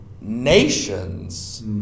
nations